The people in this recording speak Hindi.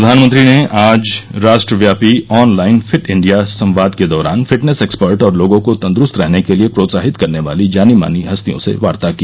प्रधानमंत्री ने आज राष्ट्रव्यापी ऑनलाइन फिट इंडिया संवाद के दौरान फिटनेस एक्सपर्ट और लोगों को तंदुरूस्त रहने के लिए प्रोत्साहित करने वाली जानी मानी हस्तियों से वार्ता की